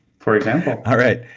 for example. all right,